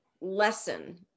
lesson